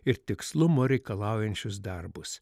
ir tikslumo reikalaujančius darbus